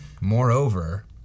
Moreover